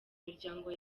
miryango